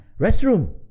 restroom